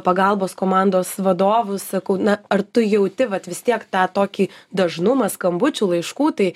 pagalbos komandos vadovu sakau na ar tu jauti vat vis tiek tą tokį dažnumą skambučių laiškų tai